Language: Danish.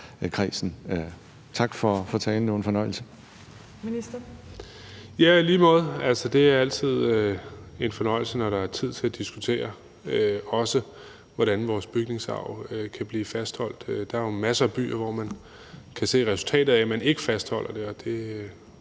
Ja, i lige måde. Det er altid en fornøjelse, når der er tid til at diskutere, også hvordan vores bygningsarv kan blive fastholdt. Der er jo masser af byer, hvor man kan se resultatet af, at man ikke fastholder den.